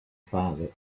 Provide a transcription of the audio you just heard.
father